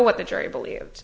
what the jury believe